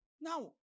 Now